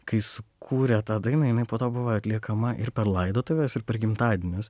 kai sukūrė tą dainą jinai po to buvo atliekama ir per laidotuves ir per gimtadienius